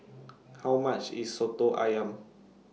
How much IS Soto Ayam